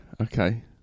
Okay